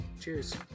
cheers